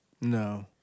No